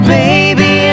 baby